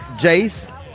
Jace